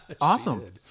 Awesome